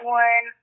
one